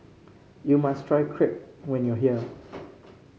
you must try Crepe when you are here